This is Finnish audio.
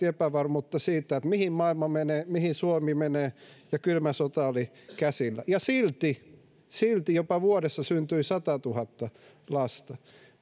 epävarmuutta siitä mihin maailma menee mihin suomi menee ja kylmä sota oli käsillä ja silti silti vuodessa syntyi jopa satatuhatta lasta